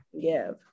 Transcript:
give